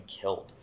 killed